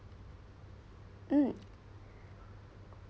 mm